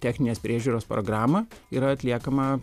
techninės priežiūros programą yra atliekama